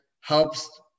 helps